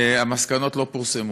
המסקנות לא פורסמו,